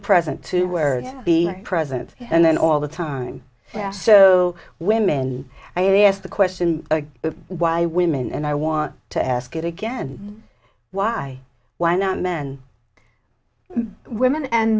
present to or be present and then all the time so women i asked the question why women and i want to ask it again why why not men women and